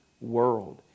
world